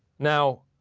now,